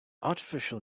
artificial